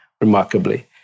remarkably